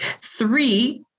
Three